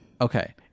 Okay